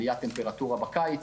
עליית טמפרטורה בקיץ,